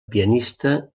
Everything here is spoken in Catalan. pianista